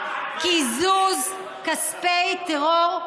קיזוז כספי טרור,